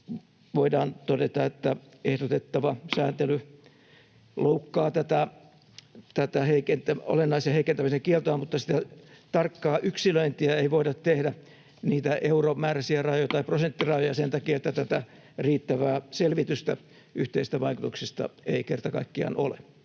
voidaan todeta, että ehdotettava sääntely loukkaa tätä olennaisen heikentämisen kieltoa, mutta tarkkaa yksilöintiä, euromääräisiä rajoja tai prosenttirajoja ei voida tehdä sen takia, että riittävää selvitystä yhteisistä vaikutuksista ei kerta kaikkiaan ole.